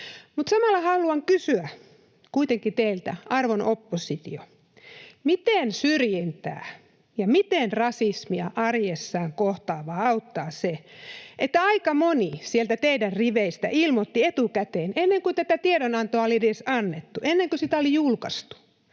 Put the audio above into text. samalla haluan kysyä kuitenkin teiltä, arvon oppositio, miten syrjintää ja miten rasismia arjessaan kohtaavaa auttaa se, että aika moni sieltä teidän riveistänne ilmoitti etukäteen, ennen kuin tätä tiedonantoa oli edes annettu, ennen kuin sitä oli julkaistu,